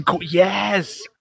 Yes